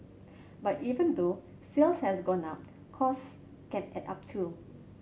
but even though sales has gone up cost can add up too